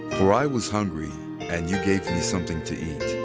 for i was hungry and you gave me something to eat,